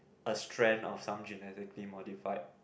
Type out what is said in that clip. a strain of some genetically modified